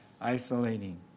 isolating